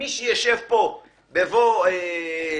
מי שישב פה בבוא העת,